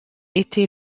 été